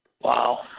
Wow